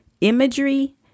imagery